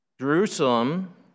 Jerusalem